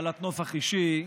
בעלת נופך אישי,